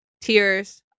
tears